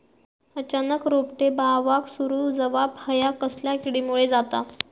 अचानक रोपटे बावाक सुरू जवाप हया कसल्या किडीमुळे जाता?